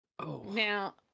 now